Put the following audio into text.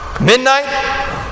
Midnight